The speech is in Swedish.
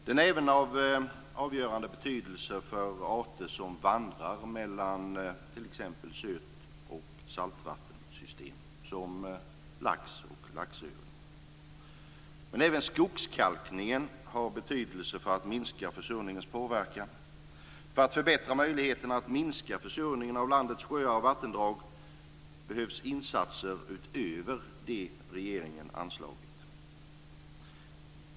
Den är även av avgörande betydelse för arter som vandrar mellan t.ex. söt och saltvattensystem, såsom lax och laxöring. Även skogskalkningen har betydelse för att minska försurningens påverkan. För att förbättra möjligheten att minska försurningen av landets sjöar och vattendrag behövs insatser utöver de regeringen anslagit.